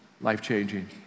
life-changing